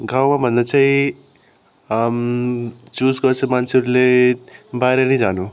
गाउँमा भन्दा चाहिँ चुज गर्छ मान्छेहरूले बाहिर नै जानु